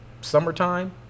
summertime